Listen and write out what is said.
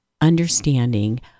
understanding